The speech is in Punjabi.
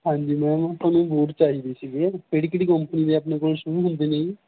ਹਾਂਜੀ ਮੈਮ ਆਪਾਂ ਨੂੰ ਬੂਟ ਚਾਹੀਦੇ ਸੀਗੇ ਕਿਹੜੀ ਕਿਹੜੀ ਕੋਂਪਣੀ ਦੇ ਆਪਣੇ ਕੋਲ ਸ਼ੂ ਹੁੰਦੇ ਨੇ